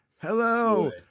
Hello